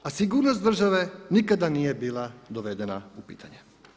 A sigurnost države nikada nije bila dovedena u pitanje.